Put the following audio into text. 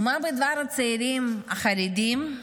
ומה בדבר הצעירים החרדים?